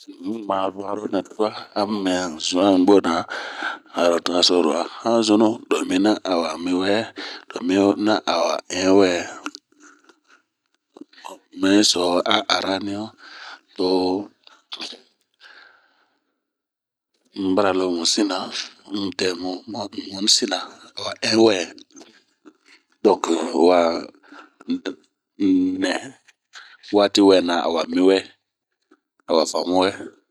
Un yi ma vanro nɛ tuaa ami un zu'an ɲubwo na, aro naso roa hanzunu, lo mina awa mi w, lo mina awa ɛnh wɛ, un yi so'ho a aranian, to, un bara ro mun sina ,un dɛmu, mu on'ni sina awa ɛn wɛɛ donke wa nɛɛ waati wɛna awa mi wɛɛ.